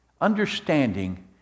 Understanding